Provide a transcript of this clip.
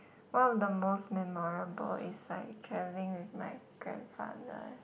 one of the most memorable is like travelling with my grandfather